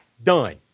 Done